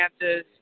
chances